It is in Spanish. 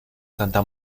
santa